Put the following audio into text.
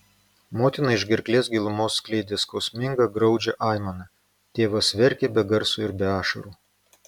motina iš gerklės gilumos skleidė skausmingą graudžią aimaną tėvas verkė be garso ir be ašarų